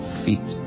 feet